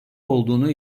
olduğunu